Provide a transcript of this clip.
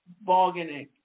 bargaining